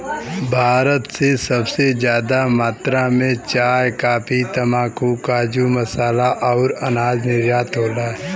भारत से सबसे जादा मात्रा मे चाय, काफी, तम्बाकू, काजू, मसाला अउर अनाज निर्यात होला